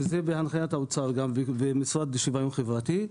וזה גם בהנחיית האוצר והמשרד לשוויון חברתי,